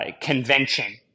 convention